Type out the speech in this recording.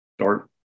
start